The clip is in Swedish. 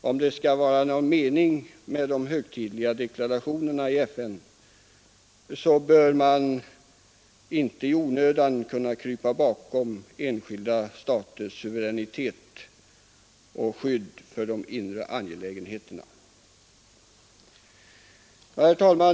Om det skall vara någon mening med de högtidliga deklarationerna i FN, bör man inte i onödan kunna krypa bakom enskilda staters suveränitet och skydd för de inre angelägenheterna. Herr talman!